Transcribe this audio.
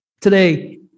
Today